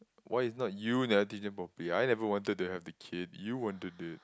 why is not you never teach them properly I never wanted to have the kid you wanted it